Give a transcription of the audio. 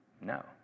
No